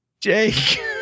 Jake